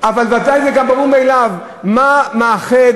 אבל בוודאי זה גם ברור מאליו מה מאחד